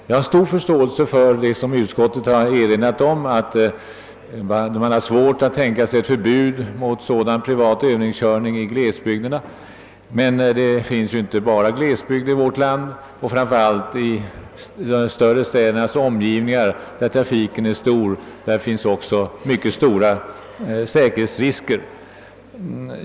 Jag har stor förståelse för utskottets synpunkt att det kan vara svårt att tänka sig ett förbud mot privat övningskörning i glesbygderna. Men det finns ju inte bara glesbygd i vårt land. Framför allt i de större städerna och dessas omgivningar — där trafiken är omfattande — finns mycket stora risker ur säkerhetssynpunkt.